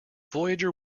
voyager